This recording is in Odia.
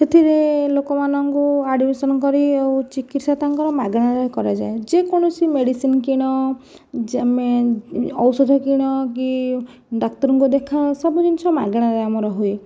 ସେଥିରେ ଲୋକମାନଙ୍କୁ ଆଡମିସନ୍ କରି ଚିକିତ୍ସା ତାଙ୍କର ମାଗଣାରେ କରାଯାଏ ଯେକୌଣସି ମେଡିସିନ୍ କିଣ ଔଷଧ କିଣ କି ଡାକ୍ତରଙ୍କୁ ଦେଖାଅ ସବୁ ଜିନିଷ ମାଗଣାରେ ଆମର ହୁଏ